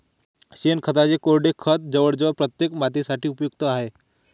शेणखताचे कोरडे खत जवळजवळ प्रत्येक मातीसाठी उपयुक्त आहे